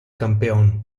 campeón